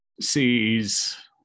sees